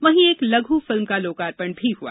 वहीं एक लघु फिल्क का लोकार्पण भी हुआ